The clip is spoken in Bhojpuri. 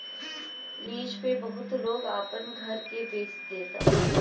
लीज पे बहुत लोग अपना घर के बेच देता